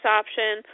option